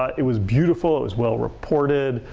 it was beautiful. it was well reported.